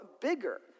bigger